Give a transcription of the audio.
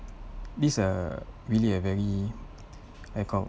this is a really a very I call